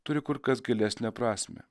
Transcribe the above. turi kur kas gilesnę prasmę